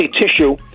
tissue